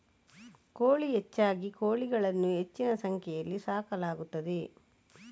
ಕೋಳಿ ಹೆಚ್ಚಾಗಿ ಕೋಳಿಗಳನ್ನು ಹೆಚ್ಚಿನ ಸಂಖ್ಯೆಯಲ್ಲಿ ಸಾಕಲಾಗುತ್ತದೆ